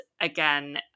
again